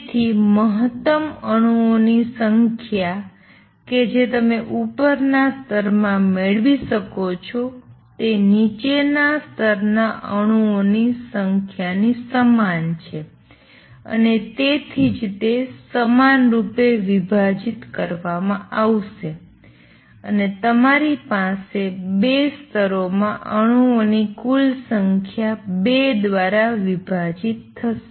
તેથી મહત્તમ અણુઓની સંખ્યા કે જે તમે ઉપરના સ્તરમાં મેળવી શકો છો તે નીચેના સ્તરના અણુઓની સંખ્યાની સમાન છે અને તેથી જ તે સમાનરૂપે વિભાજિત કરવામાં આવશે અને તમારી પાસે ૨ સ્તરોમાં અણુઓની કુલ સંખ્યા ૨ દ્વારા વિભાજિત હશે